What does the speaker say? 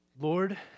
Lord